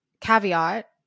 caveat